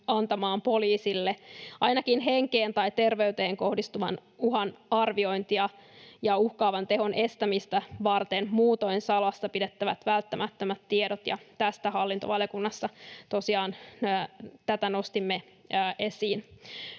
antamaan poliisille ainakin henkeen tai terveyteen kohdistuvan uhan arviointia ja uhkaavan teon estämistä varten muutoin salassa pidettävät, välttämättömät tiedot. Tätä hallintovaliokunnassa tosiaan nostimme esiin.